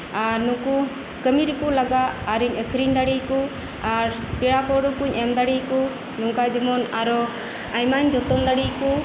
ᱟᱨ ᱱᱩᱠᱩ ᱠᱟᱹᱢᱤ ᱨᱮᱠᱩ ᱞᱟᱜᱟᱜ ᱟᱨ ᱤᱧ ᱟᱹᱠᱷᱨᱤᱧ ᱫᱟᱲᱮᱭᱟᱠᱩ ᱟᱨ ᱯᱮᱲᱟ ᱯᱟᱹᱣᱨᱟᱹᱠᱩᱧ ᱮᱢ ᱫᱟᱲᱮᱭᱟᱠᱩ ᱱᱚᱝᱠᱟ ᱡᱮᱢᱚᱱ ᱟᱨᱚ ᱟᱭᱢᱟᱧ ᱡᱚᱛᱚᱱ ᱫᱟᱲᱮᱭᱟᱠᱩ